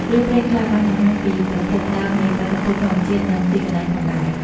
រឿងព្រេងខ្លះបានបង្ហាញពីប្រភពដើមនៃបាតុភូតធម្មជាតិ និងទីកន្លែងផងដែរ។